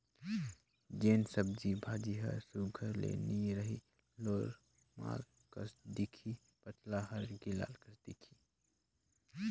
जेन सब्जी भाजी हर सुग्घर ले नी रही लोरमाल कस दिखही पताल हर गिलाल कस दिखही